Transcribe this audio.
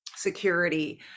security